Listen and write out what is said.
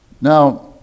Now